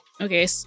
Okay